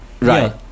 Right